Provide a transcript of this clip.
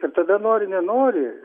ir tada nori nenori